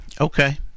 Okay